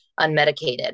unmedicated